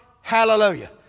Hallelujah